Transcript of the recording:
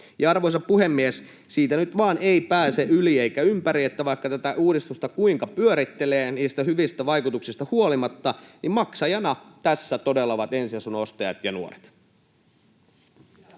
Arvoisa puhemies! Siitä nyt vaan ei pääse yli eikä ympäri, että vaikka tätä uudistusta kuinka pyörittelee niistä hyvistä vaikutuksista huolimatta, maksajana tässä todella ovat ensiasunnon ostajat ja nuoret.